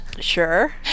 sure